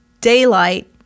daylight